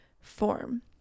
form